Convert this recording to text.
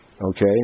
okay